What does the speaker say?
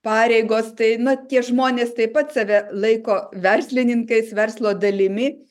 pareigos tai na tie žmonės taip pat save laiko verslininkais verslo dalimi